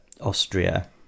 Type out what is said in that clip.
austria